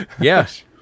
yes